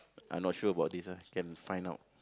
I not sure about this ah can find out